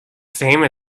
same